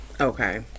Okay